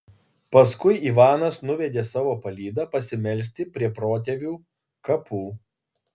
paskui ivanas nuvedė savo palydą pasimelsti prie protėvių kapų